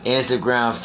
Instagram